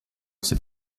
c’est